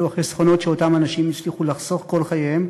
אלו החסכונות שאותם אנשים הצליחו לחסוך כל חייהם,